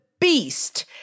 beast